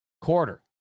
quarter